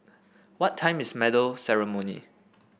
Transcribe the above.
what time is medal ceremony